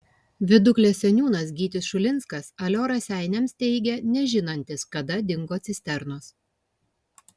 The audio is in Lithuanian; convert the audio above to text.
viduklės seniūnas gytis šulinskas alio raseiniams teigė nežinantis kada dingo cisternos